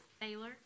Taylor